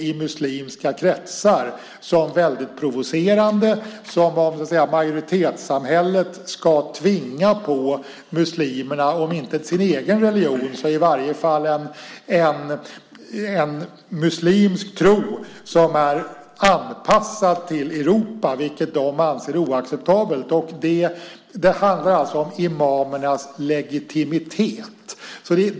I muslimska kretsar uppfattas det som väldigt provocerande, som att så att säga majoritetssamhället ska tvinga på muslimerna om inte sin egen religion så i varje fall en muslimsk tro som är anpassad till Europa, vilket de anser oacceptabelt. Det handlar alltså om imamernas legitimitet.